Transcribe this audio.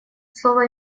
слово